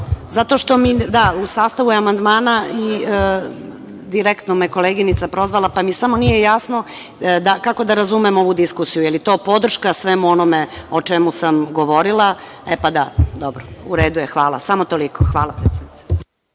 Vacić** Hvala. Da, u sastavu je amandmana i direktno me koleginica prozvala, pa mi samo nije jasno kako da razumem ovu diskusiju. Da li je to podrška svemu onome o čemu sam govorila?E, pa da. Dobro. U redu je. Samo toliko. Hvala, predsednice.